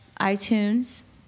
iTunes